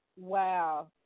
Wow